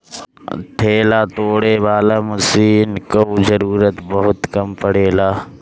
ढेला तोड़े वाला मशीन कअ जरूरत बहुत कम पड़ेला